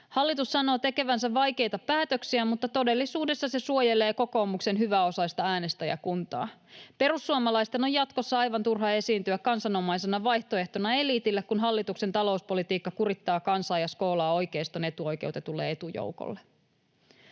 Hallitus sanoo tekevänsä vaikeita päätöksiä, mutta todellisuudessa se suojelee kokoomuksen hyväosaista äänestäjäkuntaa. Perussuomalaisten on jatkossa aivan turha esiintyä kansanomaisena vaihtoehtona eliitille, kun hallituksen talouspolitiikka kurittaa kansaa ja skoolaa oikeiston etuoikeutetulle etujoukolle.